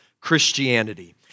Christianity